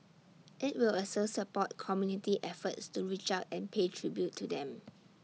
IT will also support community efforts to reach out and pay tribute to them